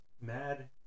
mad